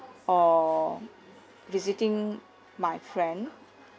or visiting my friend